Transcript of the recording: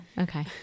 Okay